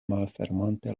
malfermante